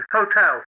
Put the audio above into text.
Hotel